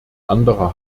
anderer